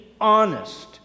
honest